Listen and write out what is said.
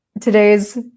today's